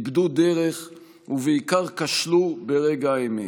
איבדו דרך ובעיקר כשלו ברגע האמת,